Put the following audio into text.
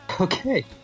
Okay